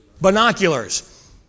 Binoculars